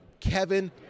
Kevin